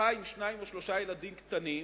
משפחה עם שניים או שלושה ילדים קטנים